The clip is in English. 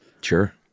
Sure